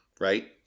right